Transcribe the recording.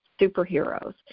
superheroes